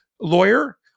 lawyer